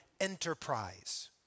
enterprise